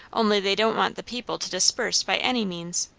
only they don't want the people to disperse by any means.